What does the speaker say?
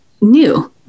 new